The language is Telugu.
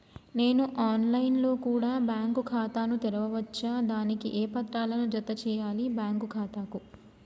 నేను ఆన్ లైన్ లో కూడా బ్యాంకు ఖాతా ను తెరవ వచ్చా? దానికి ఏ పత్రాలను జత చేయాలి బ్యాంకు ఖాతాకు?